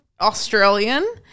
Australian